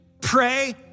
pray